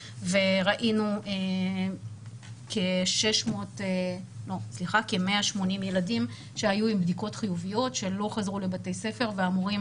וראינו כ-180 ילדים שהיו עם בדיקות חיוביות ולא חזרו לבתי הספר ואמורים